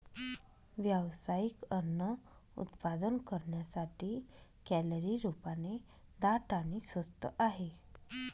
व्यावसायिक अन्न उत्पादन करण्यासाठी, कॅलरी रूपाने दाट आणि स्वस्त आहे